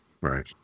Right